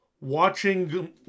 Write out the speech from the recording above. watching